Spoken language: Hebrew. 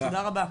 תודה רבה.